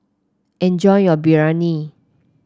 enjoy your Biryani